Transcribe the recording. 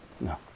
No